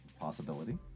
possibility